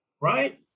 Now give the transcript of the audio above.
right